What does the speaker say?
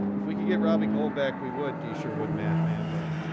if we could get robby gold back, we would, disherwoodmathman, but